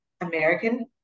American